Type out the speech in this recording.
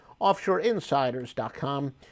offshoreinsiders.com